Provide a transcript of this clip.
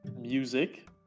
Music